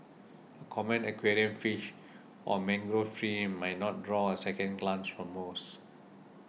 a common aquarium fish or mangrove tree might not draw a second glance from most